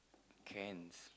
cans